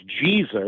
Jesus